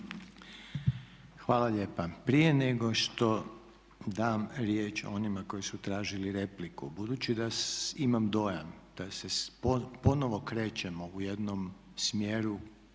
Hvala lijepa. Prije nego što dam riječ onima koji su tražili repliku, budući da imam dojam da se ponovo krećemo u jednom smjeru